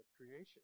creation